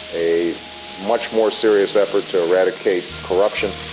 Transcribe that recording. a much more serious effort to eradicate corruption.